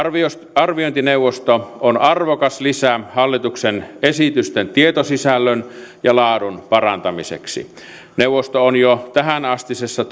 arviointineuvosto on arvokas lisä hallituksen esitysten tietosisällön ja laadun parantamiseksi neuvosto on jo tähänastisessa